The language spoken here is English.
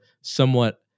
somewhat